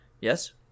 Yes